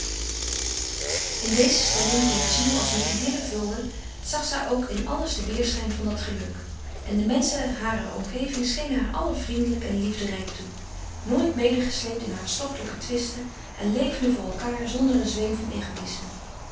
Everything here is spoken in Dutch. in deze stemming die haar ziel als met idyllen vulde zag zij ook in alles den weêrschijn van dat geluk en de menschen harer omgeving schenen haar allen vriendelijk en liefderijk toe nooit medegesleept in hartstochtelijke twisten en levende voor elkaar zonder een zweem van egoïsme